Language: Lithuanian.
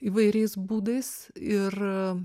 įvairiais būdais ir